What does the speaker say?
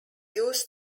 used